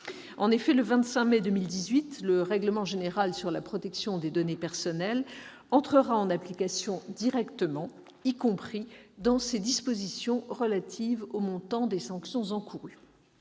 En effet, le 25 mai 2018, le règlement général sur la protection des données, le RGPD, entrera en application directement, y compris dans ses dispositions relatives au montant des sanctions encourues.